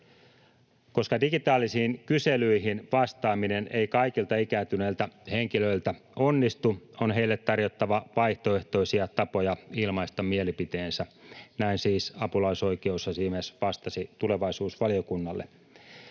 Koska digitaalisiin kyselyihin vastaaminen ei kaikilta ikääntyneiltä henkilöiltä onnistu, on heille tarjottava vaihtoehtoisia tapoja ilmaista mielipiteensä — näin siis apulaisoikeusasiamies vastasi tulevaisuusvaliokunnalle.